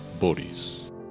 bodies